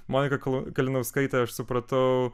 monika kalinauskaite aš supratau